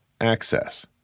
access